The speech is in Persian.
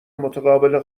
متقابل